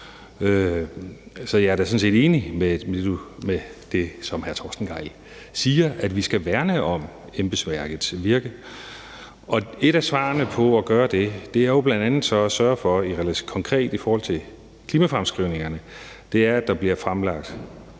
Så jeg er da sådan set enig i det, som hr. Torsten Gejl siger, nemlig at vi skal værne om embedsværkets virke. Et af svarene på at gøre det er jo bl.a. så at sørge for, at der konkret i forhold til klimafremskrivningerne bliver fremlagt